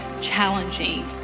challenging